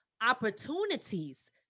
opportunities